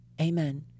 Amen